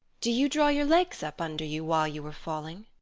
do you draw your legs up under you while you are falling?